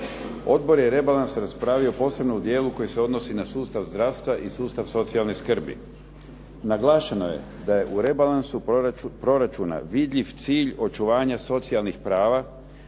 Odbor je rebalans raspravio posebno u dijelu koji se odnosi na sustav zdravstva i sustav socijalne skrbi. Naglašeno je da je u rebalansu proračuna vidljiv cilj očuvanja socijalnih prava